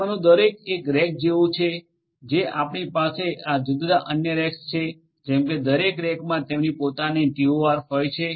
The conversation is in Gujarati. આમાંનું દરેક એક રેક જેવું છે કે આપણી પાસે જુદા જુદા અન્ય રેક્સ છે જેમ કે દરેક રેકમાં તેમની પોતાની ટીઓઆર હોય છે